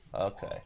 Okay